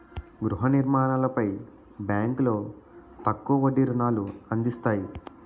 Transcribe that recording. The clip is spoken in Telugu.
గృహ నిర్మాణాలపై బ్యాంకులో తక్కువ వడ్డీ రుణాలు అందిస్తాయి